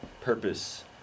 Purpose